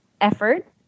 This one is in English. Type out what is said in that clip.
effort